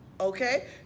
okay